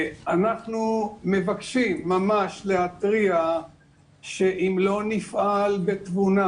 אנחנו ממש מבקשים להתריע ולומר שאם לא נפעל בתבונה,